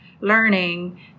learning